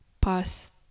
past